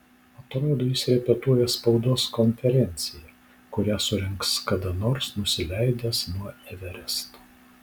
atrodo jis repetuoja spaudos konferenciją kurią surengs kada nors nusileidęs nuo everesto